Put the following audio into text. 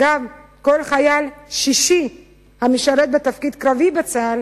אגב, כל חייל שישי המשרת בתפקיד קרבי בצה"ל